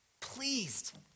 pleased